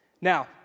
Now